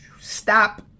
Stop